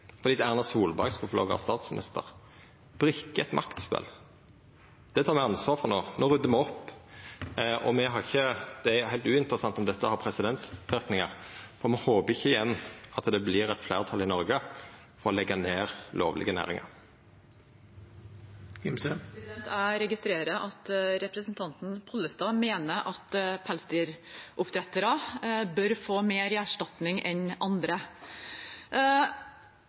Erna Solberg skulle få lov til å vera statsminister – brikker i eit maktspel. Det tek me ansvar for no. No ryddar me opp. Det er heilt uinteressant om dette har presedensverknader, for me håper ikkje at det igjen vert eit fleirtal i Noreg for å leggja ned lovlege næringar. Jeg registrerer at representanten Pollestad mener at pelsdyroppdrettere bør få mer i erstatning enn andre.